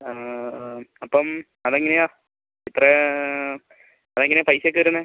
അപ്പം അതെങ്ങനെയാണ് ഇത്രേ അതെങ്ങനാണ് പൈസയൊക്കെ വരണ്